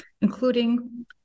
including